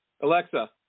Alexa